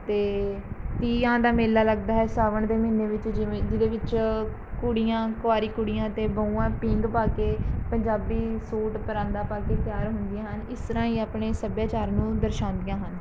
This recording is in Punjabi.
ਅਤੇ ਤੀਆਂ ਦਾ ਮੇਲਾ ਲੱਗਦਾ ਹੈ ਸਾਵਣ ਦੇ ਮਹੀਨੇ ਵਿੱਚ ਜਿਵੇਂ ਜਿਹਦੇ ਵਿੱਚ ਕੁੜੀਆਂ ਕੁਆਰੀ ਕੁੜੀਆਂ ਅਤੇ ਬਹੂਆਂ ਪੀਂਘ ਪਾ ਕੇ ਪੰਜਾਬੀ ਸੂਟ ਪਰਾਂਦਾ ਪਾ ਕੇ ਤਿਆਰ ਹੁੰਦੀਆਂ ਹਨ ਇਸ ਰਾਹੀਂ ਆਪਣੇ ਸੱਭਿਆਚਾਰ ਨੂੰ ਦਰਸਾਉਂਦੀਆਂ ਹਨ